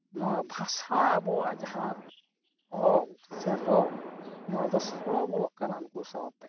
ᱱᱚᱣᱟ ᱵᱷᱟᱥᱟ ᱟᱵᱚᱣᱟᱜ ᱡᱟᱦᱟᱸ ᱚᱞ ᱥᱮ ᱨᱚᱲ ᱱᱚᱣᱟ ᱫᱚ ᱥᱚᱲᱚ ᱵᱚᱞᱚᱜ ᱠᱟᱱᱟ ᱩᱱᱠᱩ ᱥᱟᱶᱛᱮ